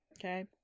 okay